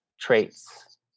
traits